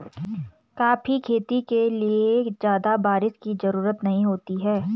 coffee खेती के लिए ज्यादा बाऱिश की जरूरत नहीं होती है